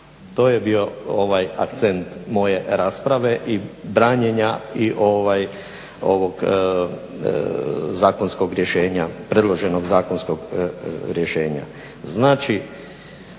To je bio akcent moje rasprave i branjenja ovog predloženog zakonskog rješenja. Znači,